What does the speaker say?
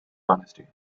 honesty